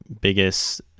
biggest